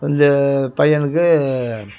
வந்து பையனுக்கு